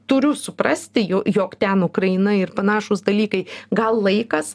turiu suprasti jų jog ten ukraina ir panašūs dalykai gal laikas